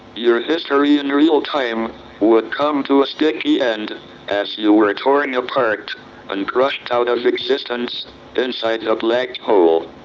your history in real time would come to a sticky end as you were torn apart and crushed out of existence inside a black hole.